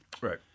Right